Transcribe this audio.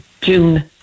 June